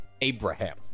Abraham